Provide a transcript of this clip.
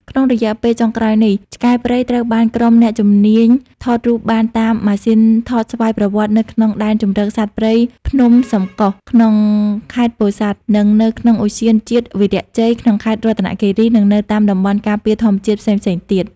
ក្នុងរយៈពេលចុងក្រោយនេះ ឆ្កែព្រៃត្រូវបានក្រុមអ្នកជំនាញថតរូបបានតាមម៉ាស៊ីថតស្វ័យប្រវត្តិនៅក្នុង ដែនជម្រកសត្វព្រៃភ្នំសំកុស ក្នុងខេត្តពោធិ៍សាត់ និងនៅក្នុងឧទ្យានជាតិវីរៈជ័យ ក្នុងខេត្តរតនគិរី និងនៅតាមតំបន់ការពារធម្មជាតិផ្សេងៗទៀត។